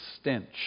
stench